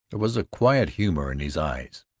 there was a quiet humor in his eyes,